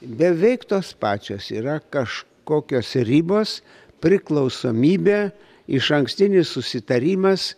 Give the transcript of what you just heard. beveik tos pačios yra kažkokios ribos priklausomybė išankstinis susitarimas